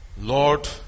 Lord